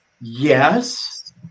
Yes